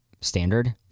standard